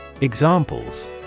Examples